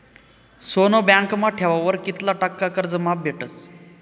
सोनं बँकमा ठेवावर कित्ला टक्का कर्ज माफ भेटस?